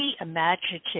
imaginative